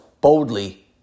boldly